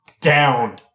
down